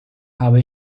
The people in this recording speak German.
habe